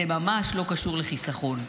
זה ממש לא קשור לחיסכון.